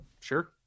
Sure